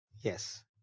Yes